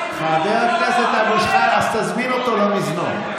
אז תזמין אותו למזנון.